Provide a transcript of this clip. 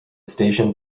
station